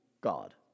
God